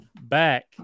back